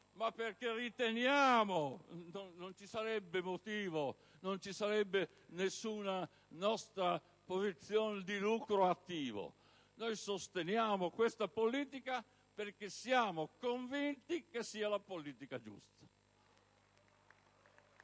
BOSCETTO *(PdL)*. Non ci sarebbe motivo, non ci sarebbe nessuna nostra posizione di lucro attivo. Noi sosteniamo questa politica perché siamo convinti che sia la politica giusta.